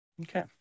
Okay